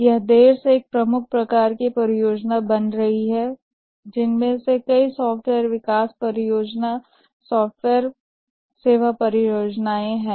यह अब एक प्रमुख प्रकार की परियोजनाएं बनती जा रही है जिनमें से बहुत से सॉफ्टवेयर विकास परियोजनाएं सॉफ्टवेयर सेवा परियोजनाएं भी हैं